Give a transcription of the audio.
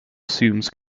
assumes